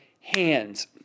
hands